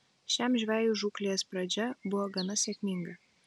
šiam žvejui žūklės pradžia buvo gana sėkminga